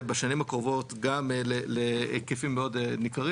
ובשנים הקרובות גם להיקפים מאוד ניכרים